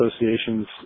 associations